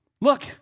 Look